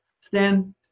Stan